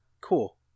Cool